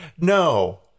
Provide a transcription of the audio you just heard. No